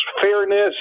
fairness